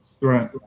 Right